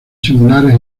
similares